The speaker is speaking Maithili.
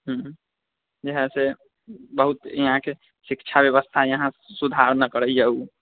हूँ जे है से बहुत यहाँके शिक्षा व्यवस्था यहाँ सुधार नहि करैय उ